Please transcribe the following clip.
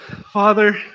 Father